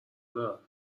دارم